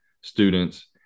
students